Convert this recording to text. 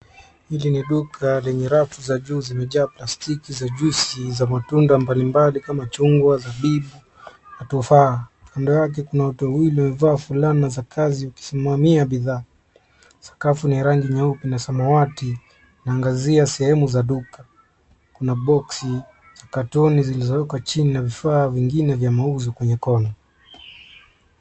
Hili ni duka lenye rafu za juu zimejaa plastiki za juisi za matunda mbalimbali kama chungwa, zabibu, na tufaha. Kando yake kuna watu wawili waliovaa fulana za kazi wakisimamia bidhaa. Sakafu ni ya rangi nyeupe na samawati inaangazia sehemu za duka. Kuna box na katoni zilizowekwa chini na vifaa vingine vya mauzo kwenye kona.